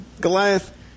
Goliath